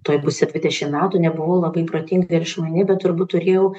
tuoj bus ir dvidešim metų nebuvau labai protinga ir išmani bet turbūt turėjau